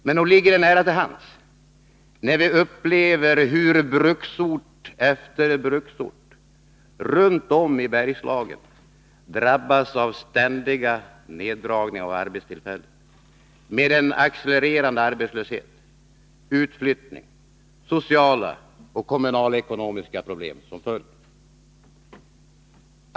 Men nog ligger det nära till hands, när vi upplever hur bruksort efter bruksort runt om i Bergslagen drabbas av ständiga indragningar av arbetstillfällen, med en accelererande arbetslöshet, utflyttning, sociala och kommunalekonomiska problem som följd.